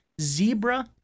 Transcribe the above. Zebra